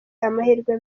amahirwe